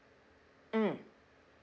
mm